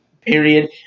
period